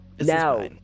now